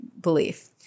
belief